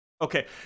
Okay